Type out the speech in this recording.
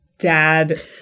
dad